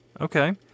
okay